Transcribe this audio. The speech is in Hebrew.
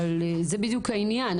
זה בדיוק העניין.